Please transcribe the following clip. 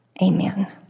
Amen